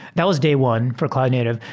that was day one for cloud native.